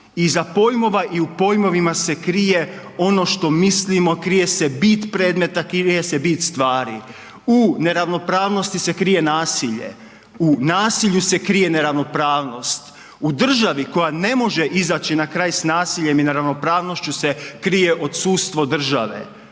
krije se bit predmeta, krije se bit stvari. a krije se bit predmeta, krije se bit stvari. U neravnopravnosti se krije nasilje, u nasilju se krije neravnopravnost. U državi koja ne može izaći na kraj sa nasiljem i neravnopravnošću se krije odsustvo države.